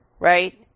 Right